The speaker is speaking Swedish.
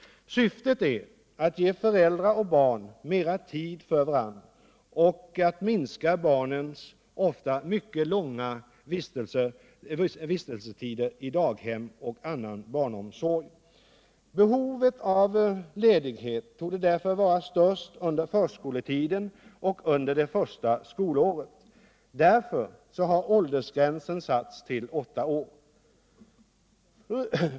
Syftet är att ge föräldrar och barn mera tid för varandra och att minska barnens ofta mycket långa dagliga vistelsetider i daghem och annan barnomsorg. Behovet av ledighet torde därför vara störst under förskoletiden och under det första skolåret. På grund härav har åldersgränsen satts till åtta år.